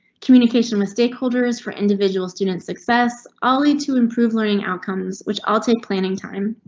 communication with stakeholders for individual student success. ali to improve learning outcomes, which i'll take planning time.